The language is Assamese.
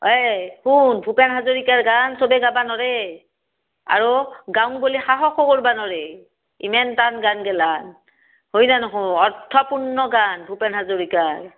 এই শুন ভূপেন হাজৰিকাৰ গান চবে গাব নোৱাৰে আৰু গাওঁ বুলি সাহসো কৰিব নোৱাৰে ইমান টান গানগেলা হৈ না নহয় অৰ্থপূৰ্ণ গান ভূপেন হাজৰিকাৰ